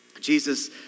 Jesus